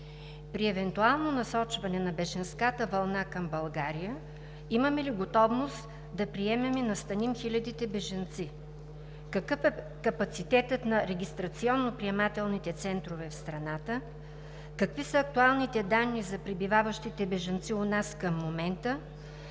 При евентуално насочване на бежанската вълна към България имаме ли готовност да приемем и настаним хилядите бежанци? Какъв е капацитетът на регистрационно-приемателните центрове в страната? Какви са актуалните данни за пребиваващите бежанци у нас към момента